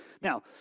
Now